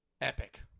epic